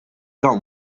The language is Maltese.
dawn